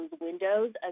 windows